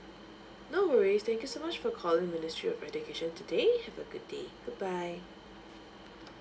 no worries thank you so much for calling ministry of education today have a good day bye bye